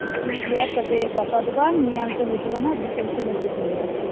ᱴᱷᱤᱠᱜᱮᱭᱟ ᱛᱚᱵᱮ ᱜᱟᱯᱟ ᱫᱚ ᱵᱟᱝ ᱢᱮᱭᱟᱝ ᱯᱮ ᱦᱟᱡᱩᱜᱼᱟ ᱱᱟᱜ ᱵᱤᱠᱮᱞ ᱥᱮᱫᱞᱮ ᱪᱷᱩᱴᱤᱭᱮᱭᱟ